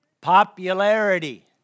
Popularity